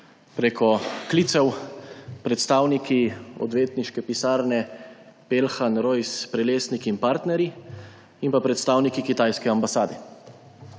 prek klicev predstavniki odvetniške pisarne Peljhan, Rojs, Prelesnik in partnerji in pa predstavniki kitajske ambasade.